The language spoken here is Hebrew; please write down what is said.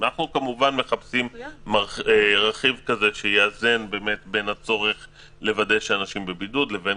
אנחנו כמובן מחפשים רכיב שיאזן בין הצורך לוודא שאנשים בבידוד לבין